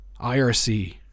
IRC